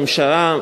הממשלה,